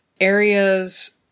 areas